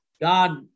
God